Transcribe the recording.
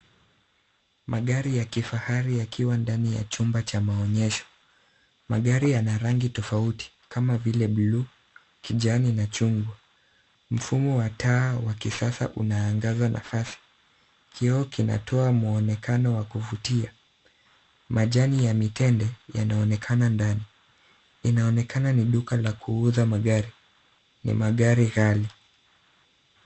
Magari ya kifahari yakiwa ndani ya chumba cha maonyesho. Magari yana rangi tofauti, kama vile buluu, kijani na chungwa. Mfumo wa taa wa kisasa unaangaza nafasi, kioo kinatoa muonekano wa kuvutia. Majani ya mitende, yanaonekana ndani. Inaonekana ni duka la kuuza magari, ni magari rali.